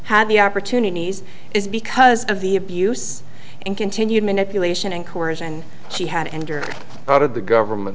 had the opportunities is because of the abuse and continued manipulation and coersion she had and part of the government